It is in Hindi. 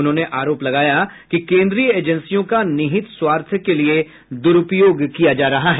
उन्होंने आरोप लगाया कि केन्द्रीय एजेंसियों का निहित स्वार्थ के लिए दुरूपयोग किया जा रहा है